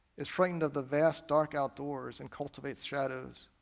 is frightened of the vast dark outdoors, and cultivates shadows.